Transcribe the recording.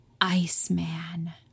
Iceman